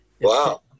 wow